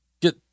get